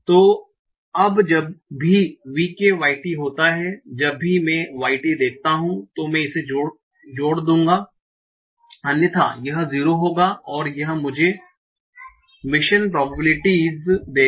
तो अब जब भी v k y t होता है जब भी मैं y t देखता हूं तो मैं इसे जोड़ दूंगा अन्यथा यह 0 होगा और यह मुझे मिशन प्रोबेबिलिटीस देगा